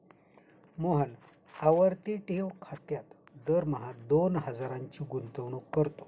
मोहन आवर्ती ठेव खात्यात दरमहा दोन हजारांची गुंतवणूक करतो